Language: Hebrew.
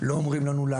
לפרוטוקול: אין חובה,